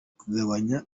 kugabanya